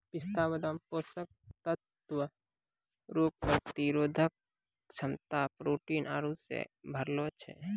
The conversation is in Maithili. पिस्ता बादाम पोषक तत्व रोग प्रतिरोधक क्षमता प्रोटीन आरु से भरलो छै